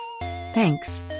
Thanks